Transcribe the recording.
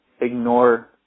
ignore